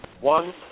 One